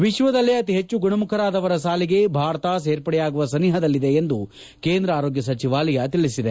ವಿಶ್ವದಲ್ಲಿ ಅತೀ ಹೆಚ್ಚು ಗುಣಮುಖರಾದವರ ಸಾಲಿಗೆ ಭಾರತ ಸೇರ್ಪಡೆಯಾಗುವ ಸನಿಹದಲ್ಲಿದೆ ಎಂದು ಕೇಂದ್ರ ಆರೋಗ್ಯ ಸಚಿವಾಲಯ ತಿಳಿಸಿದೆ